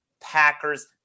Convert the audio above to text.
Packers